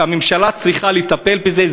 הממשלה צריכה לטפל בזה,